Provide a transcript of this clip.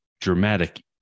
dramatic